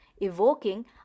evoking